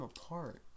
apart